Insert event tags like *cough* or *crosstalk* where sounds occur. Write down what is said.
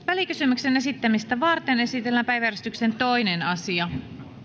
*unintelligible* välikysymyksen esittämistä varten esitellään päiväjärjestyksen toinen asia